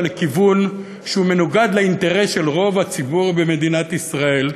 לכיוון שהוא מנוגד לאינטרס של רוב הציבור במדינת ישראל.